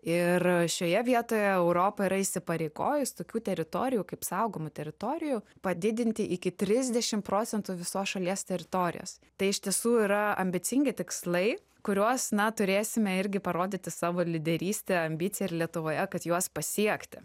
ir šioje vietoje europa yra įsipareigojus tokių teritorijų kaip saugomų teritorijų padidinti iki trisdešim procentų visos šalies teritorijos tai iš tiesų yra ambicingi tikslai kuriuos na turėsime irgi parodyti savo lyderystę ambiciją ir lietuvoje kad juos pasiekti